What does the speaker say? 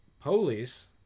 Police